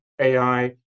AI